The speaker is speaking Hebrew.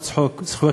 צחוק, צחוק.